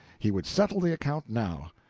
he would settle the account now.